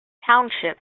township